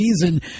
season